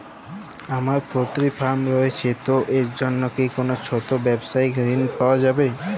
আমার poultry farm রয়েছে তো এর জন্য কি কোনো ছোটো ব্যাবসায়িক ঋণ পাওয়া যাবে?